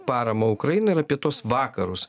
paramą ukrainai ir apie tuos vakarus